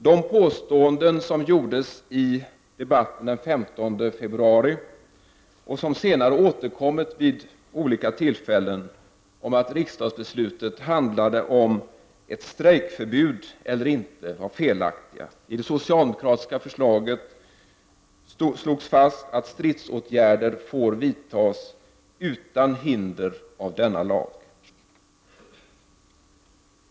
De påståenden som gjordes i debatten den 15 februari, och som senare återkommit vid olika tillfällen, om att riksdagsbeslutet handlade om införande av ett strejkförbud eller inte var felaktiga. I det socialdemokratiska förslaget slogs fast att stridsåtgärder skulle få vidtas utan hinder av denna lag.